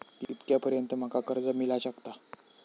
कितक्या पर्यंत माका कर्ज मिला शकता?